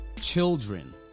children